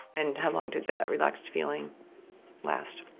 and how long did that relaxed feeling last?